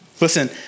Listen